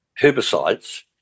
herbicides